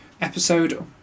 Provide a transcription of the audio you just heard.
episode